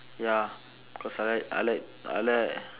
ya cause I like I like I like